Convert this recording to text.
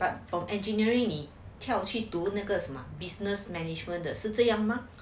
but from engineering 你跳去读那个什么 business management 是这样吗